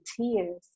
tears